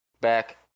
back